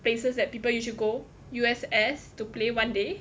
places that people you should go U_S_S to play one day